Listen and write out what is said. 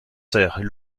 sœurs